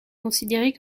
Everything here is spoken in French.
considérée